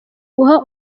guha